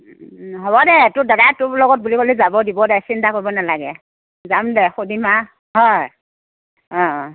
অ হ'ব দে তোৰ দাদাই তোৰ লগত বুলিবলে যাব দিব দে চিন্তা কৰিব নেলাগে যাম দে সুধিম আৰু হয় অ